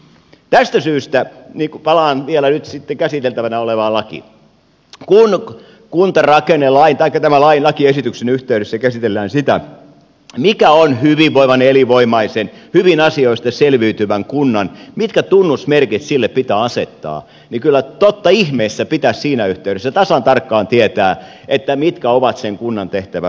tästä syystä palaan nyt vielä käsiteltävänä olevaan lakiin kun kuntarakennelain taikka tämän lain lakiesityksen yhteydessä käsitellään sitä mitkä tunnusmerkit hyvinvoivalle elinvoimaiselle hyvin asioista selviytyvälle kunnalle pitää asettaa niin kyllä totta ihmeessä pitäisi siinä yhteydessä tasan tarkkaan tietää mitkä ovat sen kunnan tehtävät